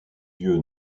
lieu